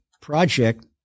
project